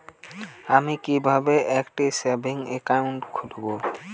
আমি কিভাবে একটি সেভিংস অ্যাকাউন্ট খুলব?